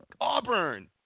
Auburn